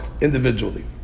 individually